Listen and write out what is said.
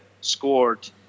scored